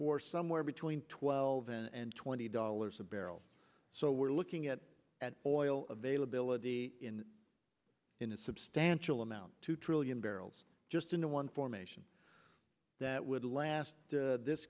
for somewhere between twelve and twenty dollars a barrel so we're looking at all availability in in a substantial amount two trillion barrels just in a one formation that would last this